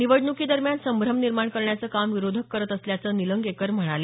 निवडणुकी दरम्यान संभ्रम निर्माण करण्याचं काम विरोधक करत असल्याचं निलंगेकर म्हणाले